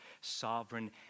sovereign